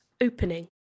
Opening